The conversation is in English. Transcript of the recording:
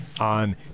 on